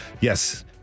Yes